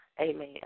Amen